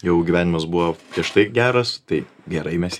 jau gyvenimas buvo prieš tai geras tai gerai mes